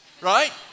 right